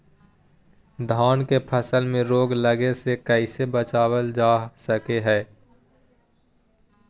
धान के फसल में रोग लगे से कैसे बचाबल जा सको हय?